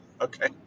okay